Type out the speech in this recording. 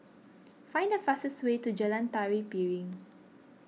find the fastest way to Jalan Tari Piring